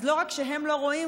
אז לא רק שהם לא רואים,